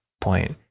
point